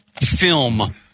film